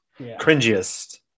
cringiest